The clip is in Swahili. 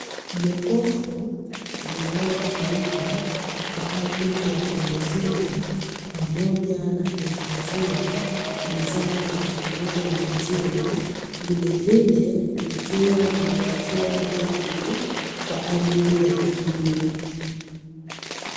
Jokofu linalotumika kwa ajili ya kuuzia pamoja na kuhifadhia bidhaa zitokanazo na maziwa, vilevile likiwa limewekewa jagi kwa ajili ya kupimia.